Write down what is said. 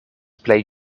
plej